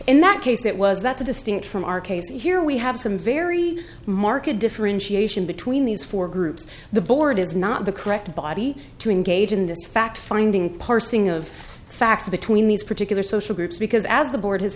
in that case that was that's a distinct from our case here we have some very market differentiation between these four groups the board is not the correct body to engage in this fact finding parsing of facts between these particular social groups because as the board has